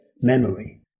memory